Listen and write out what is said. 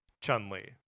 Chun-Li